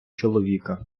чоловіка